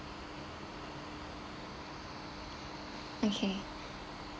okay